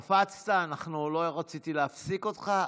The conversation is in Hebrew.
קפצת, לא רציתי להפסיק אותך.